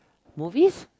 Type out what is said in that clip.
movies